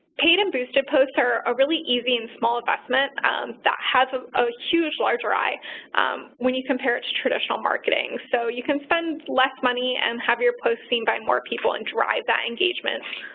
paid and boosted posts are a really easy and small investment that has ah a huge, larger eye when you compare it to traditional marketing. so you can spend less money and have your posts seen by more people and drive that engagement.